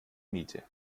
miete